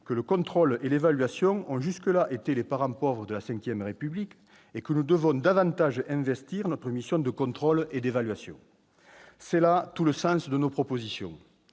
que le contrôle et l'évaluation ont jusqu'à présent été les « parents pauvres de V République » et que nous devons « davantage investir notre mission de contrôle et d'évaluation ». C'est là tout le sens de nos propositions